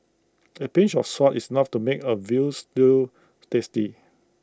A pinch of salt is enough to make A Veal Stew tasty